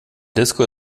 disco